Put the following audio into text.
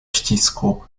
ścisku